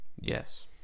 Yes